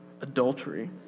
adultery